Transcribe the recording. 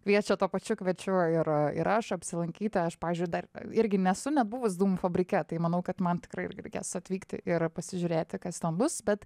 kviečia tuo pačiu kviečiu ir ir aš apsilankyti aš pavyzdžiui dar irgi nesu net buvus dūmų fabrike tai manau kad man tikrai irgi reikės atvykti ir pasižiūrėti kas ten bus bet